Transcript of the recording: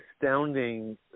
astounding